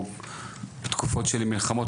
יש תקופות של מלחמות,